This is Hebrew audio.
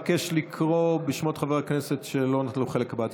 אבקש לקרוא בשמות חברי הכנסת שלא נטלו חלק בהצבעה.